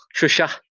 Shusha